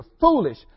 foolish